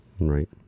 Right